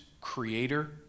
creator